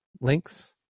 links